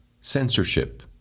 Censorship